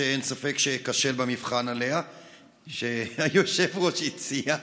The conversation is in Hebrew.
שאין ספק שיהיה קשה במבחן עליה שהיושב-ראש הציע.